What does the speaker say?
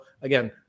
again